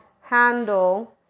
handle